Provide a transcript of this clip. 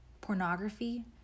pornography